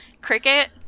Cricket